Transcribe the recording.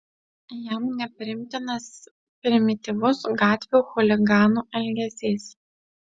jam nepriimtinas primityvus gatvių chuliganų elgesys